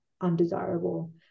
undesirable